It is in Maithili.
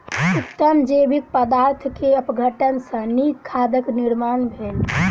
उत्तम जैविक पदार्थ के अपघटन सॅ नीक खादक निर्माण भेल